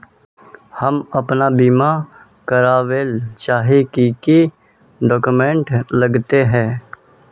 हम अपन बीमा करावेल चाहिए की की डक्यूमेंट्स लगते है?